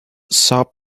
sub